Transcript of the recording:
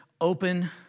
open